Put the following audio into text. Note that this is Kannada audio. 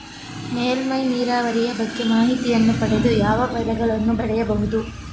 ಮೇಲ್ಮೈ ನೀರಾವರಿಯ ಬಗ್ಗೆ ಮಾಹಿತಿಯನ್ನು ಪಡೆದು ಯಾವ ಬೆಳೆಗಳನ್ನು ಬೆಳೆಯಬಹುದು?